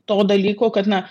to dalyko kad na